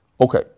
Okay